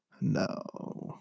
no